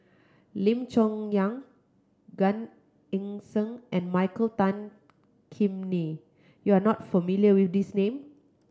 Lim Chong Yah Gan Eng Seng and Michael Tan Kim Nei you are not familiar with these name